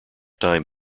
time